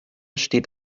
steht